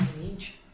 age